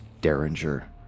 Derringer